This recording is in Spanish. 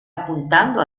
apuntando